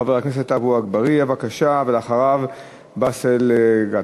חבר הכנסת עפו אגבאריה, בבקשה, ואחריו, באסל גטאס.